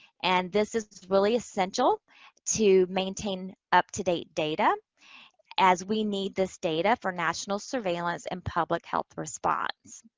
and this is really essential to maintain up to date data as we need this data for national surveillance and public health response.